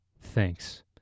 thanks